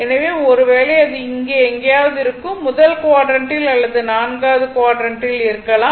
எனவே ஒருவேளை அது இங்கே எங்காவது இருக்கும் முதல் க்வாட்ரண்ட்டில் அல்லது நான்காவது க்வாட்ரண்ட்டில் இருக்கலாம்